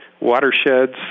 watersheds